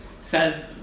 says